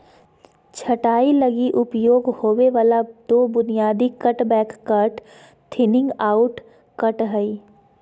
छंटाई लगी उपयोग होबे वाला दो बुनियादी cut back cut, thinning out cut हइ